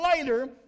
later